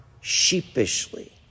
sheepishly